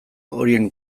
horien